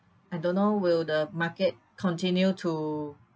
I don't know will the market continue to